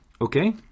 Okay